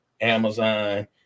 Amazon